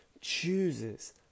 chooses